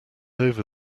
over